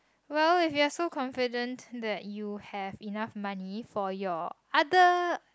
well if you have so confident that you have enough money for your other